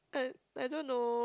I I don't know